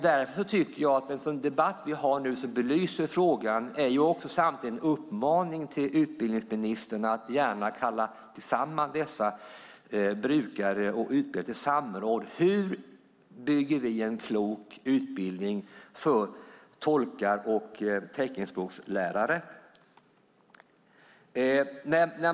Därför tycker jag att den debatt vi nu har som belyser frågan samtidigt är en uppmaning till utbildningsministern att gärna kalla samman dessa brukare och utbildare till ett samråd: Hur bygger vi upp en klok utbildning för tolkar och teckenspråkslärare?